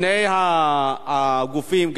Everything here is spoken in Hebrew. שני הגופים,